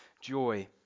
joy